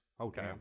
Okay